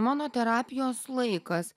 mano terapijos laikas